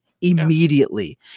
immediately